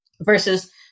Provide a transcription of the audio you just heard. versus